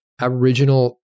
Aboriginal